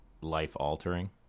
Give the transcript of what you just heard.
life-altering